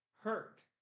hurt